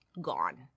gone